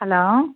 hello